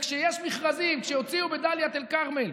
וכשיש מכרזים, כשהוציאו בדאלית אל-כרמל,